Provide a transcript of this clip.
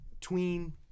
tween